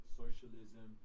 socialism